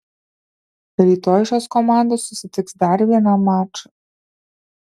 rytoj šios komandos susitiks dar vienam mačui